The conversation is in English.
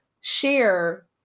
share